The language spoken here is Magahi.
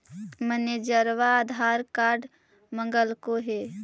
मैनेजरवा आधार कार्ड मगलके हे?